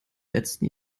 letzten